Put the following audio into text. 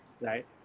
right